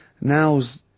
now's